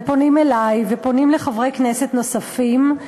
ופונים אלי, ופונים לחברי כנסת נוספים,